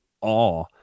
awe